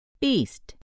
Beast